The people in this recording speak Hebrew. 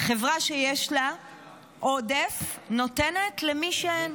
חברה שיש לה עודף נותנת למי שאין.